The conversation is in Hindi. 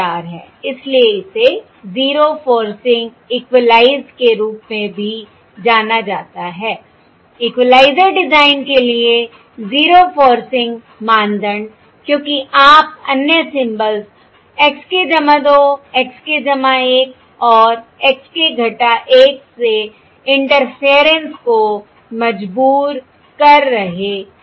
इसलिए इसे 0 फोर्सिंग इक्वलाइज़ के रूप में भी जाना जाता है इक्वलाइज़र डिज़ाइन के लिए 0 फोर्सिंग मानदंड क्योंकि आप अन्य symbols x k 2 x k 1 और x k 1 से इंटरफेयरेंस को मजबूर कर रहे हैं